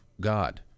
God